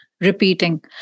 repeating